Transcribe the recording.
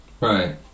Right